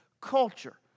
culture